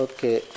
Okay